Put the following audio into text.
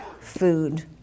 food